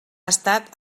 estat